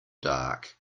dark